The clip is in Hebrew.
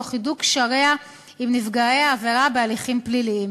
תוך הידוק קשריה עם נפגעי העבירה בהליכים פליליים.